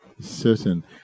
certain